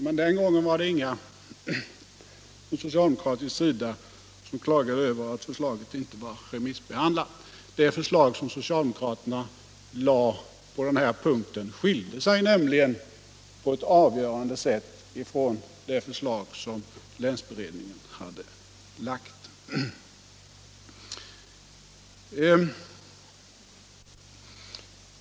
Men den gången var det ingen från socialdemokratisk sida som klagade över att förslaget inte var remissbehandlat. Det förslag som socialdemokraierna presenterade på den här punkten skilde sig nämligen på ett avgörande sätt från det förslag som länsberedningen hade framlagt.